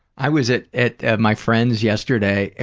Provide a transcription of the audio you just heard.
i was at at my friend's yesterday,